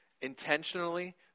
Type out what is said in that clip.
Intentionally